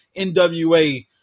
NWA